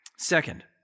Second